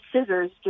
scissors